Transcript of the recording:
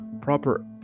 proper